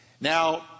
Now